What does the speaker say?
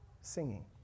singing